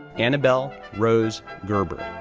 annabel rose gerber,